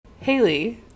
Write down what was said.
Haley